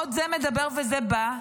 עוד זה מדבר וזה בא,